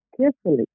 carefully